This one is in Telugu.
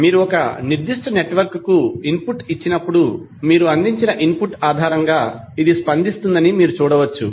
మీరు ఒక నిర్దిష్ట నెట్వర్క్కు ఇన్పుట్ ఇచ్చినప్పుడు మీరు అందించిన ఇన్పుట్ ఆధారంగా ఇది స్పందిస్తుందని మీరు చూడవచ్చు